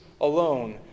alone